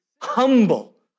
humble